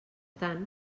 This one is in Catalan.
tant